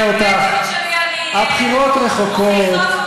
כן, כרגע עם קריאות ביניים את מפריעה.